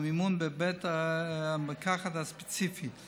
המימון בבית המרקחת הספציפי.